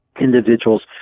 Individuals